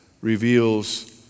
reveals